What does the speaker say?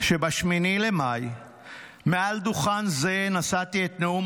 שב-8 במאי נשאתי מעל דוכן זה את נאום